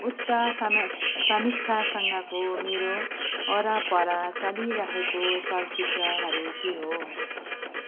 उच्च समि समीक्षासँगको मेरो वरपर चलिरहेको चलचित्रहरू के हो